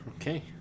okay